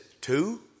two